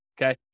okay